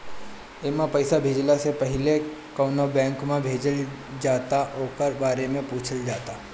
एमे पईसा भेजला से पहिले कवना बैंक में भेजल जाता ओकरा बारे में पूछल जाता